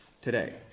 today